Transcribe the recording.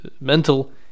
mental